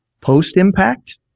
post-impact